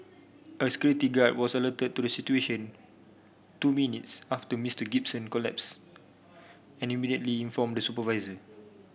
a security guard was alerted to the situation two minutes after Mister Gibson collapsed and immediately informed the supervisor